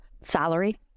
salary